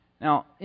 Now